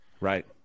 Right